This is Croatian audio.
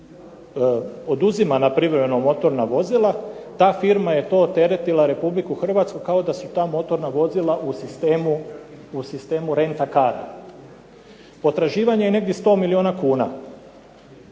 oduzimana privremeno motorna vozila, ta firma je to teretila Republiku Hrvatsku kao da su ta motorna vozila u sistemu rent-a-cara. Potraživanje je negdje 100 milijuna kuna.